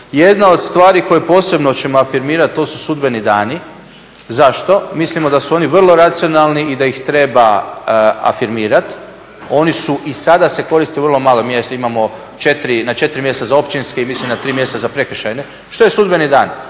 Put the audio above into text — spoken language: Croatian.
Jedna od stvari koje posebno ćemo afirmirati, to su sudbeni dani. Zašto? Mislimo da su oni vrlo racionalni i da ih treba afirmirati, oni su i sada se koriste u vrlo maloj mjeri, imamo na 4 mjesta, za općinski i mislim, na 3 mjesta za prekršajne. Što je sudbeni dan?